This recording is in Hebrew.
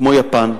כמו יפן,